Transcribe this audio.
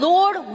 Lord